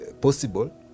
possible